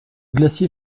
glacier